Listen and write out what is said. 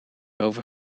over